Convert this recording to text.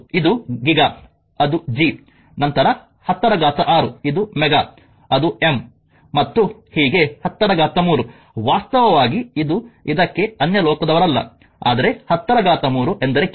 ಇದು ಗಿಗಾ ಅದು ಜಿ ನಂತರ 10 ರ ಘಾತ 6 ಇದು ಮೆಗಾ ಅದು ಎಂ ಮತ್ತು ಹೀಗೆ 103 ವಾಸ್ತವವಾಗಿ ಇದು ಇದಕ್ಕೆ ಅನ್ಯಲೋಕದವರಲ್ಲ ಆದರೆ 10 ರ ಘಾತ 3 ಎಂದರೆ ಕಿಲೋ